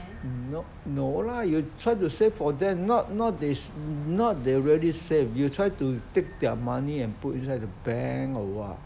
n~ no lah you try to save for them not not they s~ not they really save you try to take their money and put inside the bank or what